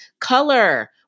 color